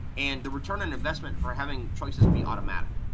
and the return on investment for having choices be automatic.